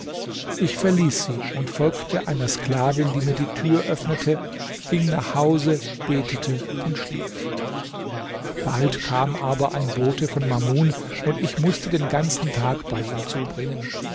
ich verließ sie und folgte einer sklavin die mir die tür öffnete ging nach hause betete und schlief bald kam aber ein bote von mamun und ich mußte den ganzen tag bei ihm zubringen